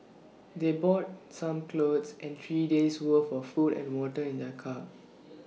they brought some clothes and three days' worth of food and water in their car